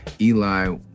Eli